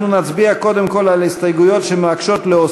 לא היו הסתייגויות.